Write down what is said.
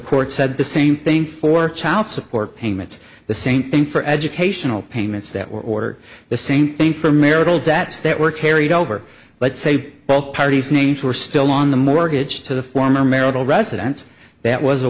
court said the same thing for child support payments the same thing for educational payments that were ordered the same thing for marital debts that were carried over but say both parties names were still on the mortgage to the former marital residence that was a